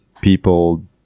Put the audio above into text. people